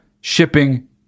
shipping